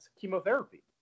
chemotherapy